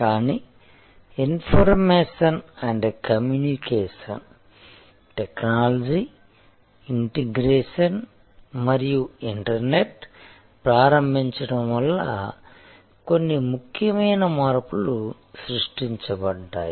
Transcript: కానీ information and communication technology integration మరియు internet ప్రారంభించడం వలన కొన్ని ముఖ్యమైన మార్పులు సృష్టించబడ్డాయి